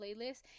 playlist